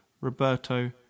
Roberto